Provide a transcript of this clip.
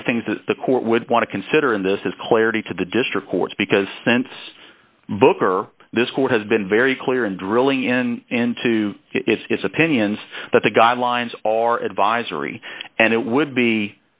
one of the things that the court would want to consider in this is clarity to the district courts because since booker this court has been very clear in drilling in into its opinions that the guidelines are advisory and it would be